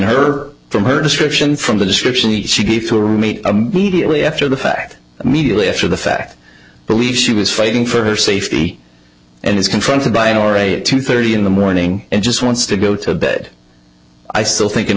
her from her description from the description she gave to a roommate mediately after the fact immediately after the fact believe she was fighting for her safety and is confronted by a door a at two thirty in the morning and just wants to go to bed i still think